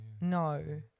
no